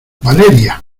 valeria